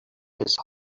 his